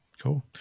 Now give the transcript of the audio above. Cool